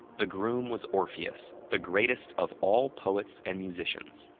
the groom was orpheus, the greatest of all poets and musicians.